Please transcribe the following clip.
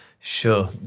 Sure